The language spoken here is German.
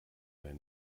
der